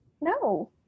No